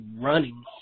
running